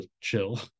chill